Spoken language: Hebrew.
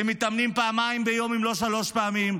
והם מתאמנים פעמיים ביום אם לא שלוש פעמים.